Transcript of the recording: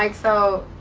like so.